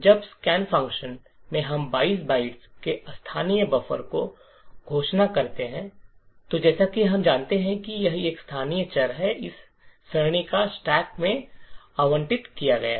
अब scan function में हम 22 बाइट के स्थानीय बफर की घोषणा करते हैं और जैसा कि हम जानते हैं कि यह एक स्थानीय चर है इस सरणी को स्टैक में आवंटित किया गया है